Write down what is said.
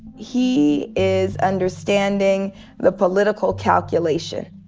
he is understanding the political calculation.